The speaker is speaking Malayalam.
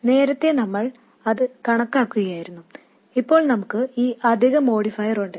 നേരത്തെ നമ്മൾ ഇത് കണക്കാക്കുകയായിരുന്നു ഇപ്പോൾ നമുക്ക് ഈ അധിക മോഡിഫയർ ഉണ്ട്